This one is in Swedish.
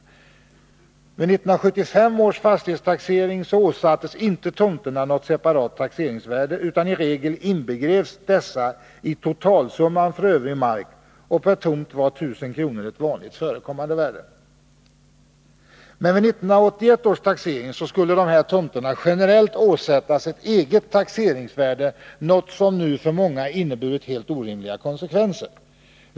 Vid 1975 års fastighetstaxering åsattes inte tomterna något separat taxeringsvärde, utan i regel inbegreps dessa i totalsumman för övrig mark, och 1 000 kr. per tomt var ett vanligt förekommande värde. Men vid 1981 års taxering skulle dessa tomter generellt åsättas ett eget taxeringsvärde — något som nu för många har inneburit helt orimliga konsekvenser.